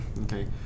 Okay